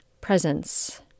presence